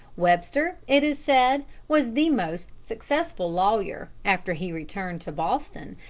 webster, it is said, was the most successful lawyer, after he returned to boston,